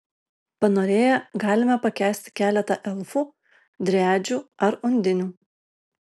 panorėję galime pakęsti keletą elfų driadžių ar undinių